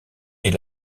est